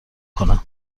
کنم